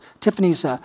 Tiffany's